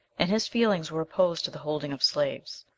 and his feelings were opposed to the holding of slaves.